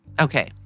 Okay